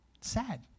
sad